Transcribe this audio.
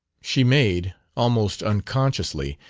she made, almost unconsciously,